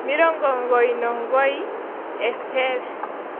omilongo omuguyi nomugoyi, ethele.